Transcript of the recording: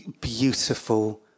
beautiful